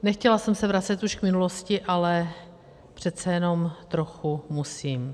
Nechtěla jsem se vracet už k minulosti, ale přece jenom trochu musím.